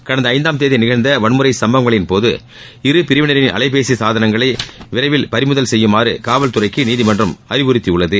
கடந்த ஐந்தாம் தேதி நிகழ்ந்த வன்முறைச் சம்பவங்களின் போது இரு பிரிவினரின் அலைபேசி சாதனங்களை விரைவில் பறிமுதல் செய்யுமாறு காவல்துறைக்கு நீதிமன்றம் அறிவுறுத்தியுள்ளது